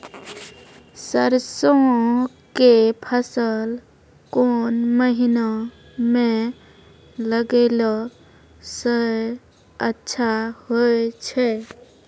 सरसों के फसल कोन महिना म लगैला सऽ अच्छा होय छै?